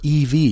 EV